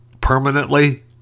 Permanently